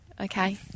Okay